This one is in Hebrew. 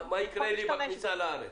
מה יקרה לי בכניסה לארץ?